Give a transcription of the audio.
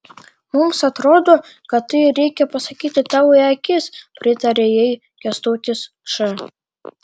mums atrodo kad tai reikia pasakyti tau į akis pritarė jai kęstutis č